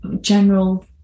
general